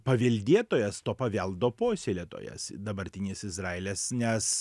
paveldėtojas to paveldo puoselėtojas dabartinis izraelis nes